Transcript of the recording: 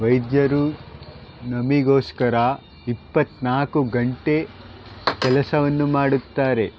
ವೈದ್ಯರು ನಮಗೋಸ್ಕರ ಇಪ್ಪತ್ತ್ನಾಲ್ಕು ಗಂಟೆ ಕೆಲಸವನ್ನು ಮಾಡುತ್ತಾರೆ